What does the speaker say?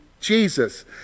Jesus